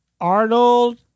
Arnold